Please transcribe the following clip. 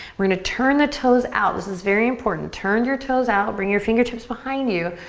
we're gonna turn the toes out. this is very important. turn your toes out, bring your fingertips behind you,